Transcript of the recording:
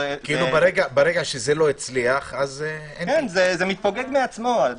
כשזה לא הצליח, זה מתפוגג מעצמו.